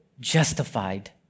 justified